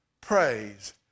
praise